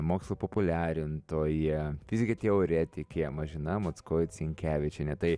mokslo populiarintoja fizikė teoretikė mažina mockoit sinkevičienė tai